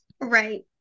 Right